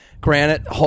Granite